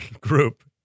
group